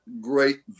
great